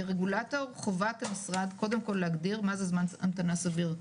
כרגולטור חובת המשרד קודם כל להגדיר מה זה זמן המתנה סביר,